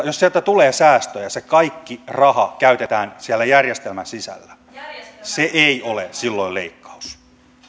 jos sieltä tulee säästöjä se kaikki raha käytetään siellä järjestelmän sisällä se ei ole silloin leikkaus